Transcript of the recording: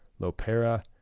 Lopera